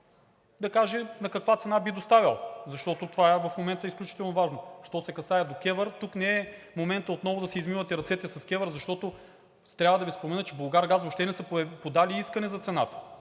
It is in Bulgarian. да каже на каква цена би доставял, защото това е в момента изключително важно. Що се касае до КЕВР, тук не е моментът отново да си измивате ръцете с КЕВР, защото трябва да Ви спомена, че „Булгаргаз“ въобще не са подали искане за цената.